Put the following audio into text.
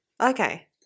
okay